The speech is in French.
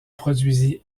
produisit